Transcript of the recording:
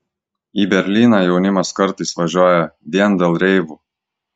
į berlyną jaunimas kartais važiuoja vien dėl reivų